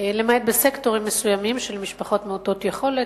למעט בסקטורים מסוימים של משפחות מעוטות יכולת,